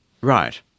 Right